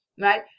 right